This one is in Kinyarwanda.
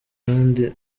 kandi